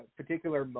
particular